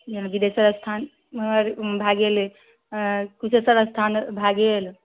जेना विदेश्वर स्थान उमहर भए गेलै कुशेश्वर स्थान भए गेल